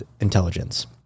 intelligence